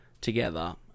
together